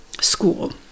school